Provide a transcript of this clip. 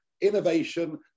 innovation